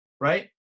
right